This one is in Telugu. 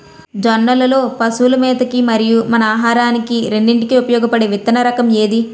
జొన్నలు లో పశువుల మేత కి మరియు మన ఆహారానికి రెండింటికి ఉపయోగపడే విత్తన రకం ఏది?